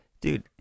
Dude